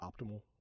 optimal